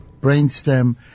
Brainstem